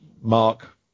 mark